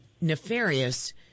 nefarious